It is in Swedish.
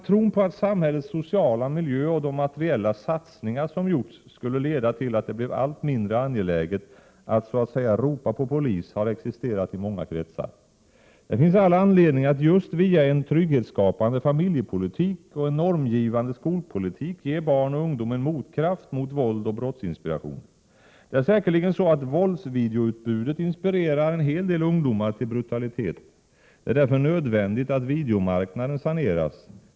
Tron på att samhällets sociala miljö och de materiella satsningar som gjorts skulle leda till att det blev allt mindre angeläget att så att säga ropa på polis har existerat i många kretsar. Det finns all anledning att just via en trygghetsskapande familjepolitik och en normgivande skolpolitik ge barn och ungdom en motkraft mot våld och brottsinspiration. Det är säkerligen så att våldsvideoutbudet inspirerar en hel del ungdomar till brutalitet. Det är därför nödvändigt att videomarknaden saneras.